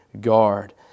guard